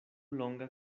longa